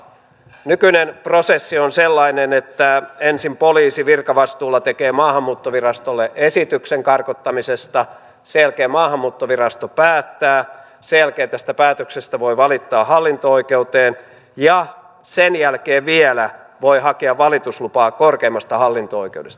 nykyinen prosessi on sellainen että ensin poliisi virkavastuulla tekee maahanmuuttovirastolle esityksen karkottamisesta sen jälkeen maahanmuuttovirasto päättää sen jälkeen tästä päätöksestä voi valittaa hallinto oikeuteen ja sen jälkeen vielä voi hakea valituslupaa korkeimmasta hallinto oikeudesta